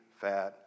fat